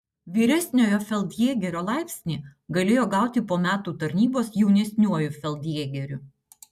vyresniojo feldjėgerio laipsnį galėjo gauti po metų tarnybos jaunesniuoju feldjėgeriu